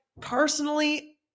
Personally